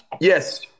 Yes